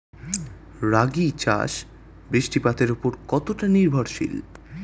রাগী চাষ বৃষ্টিপাতের ওপর কতটা নির্ভরশীল?